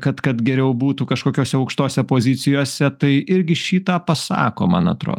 kad kad geriau būtų kažkokiose aukštose pozicijose tai irgi šį tą pasako man atrodo